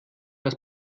das